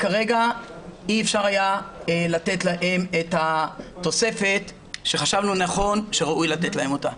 2021. כרגע אי-אפשר היה לתת להם את התוספת שחשבנו שראוי לתת להם אותה.